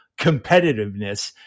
competitiveness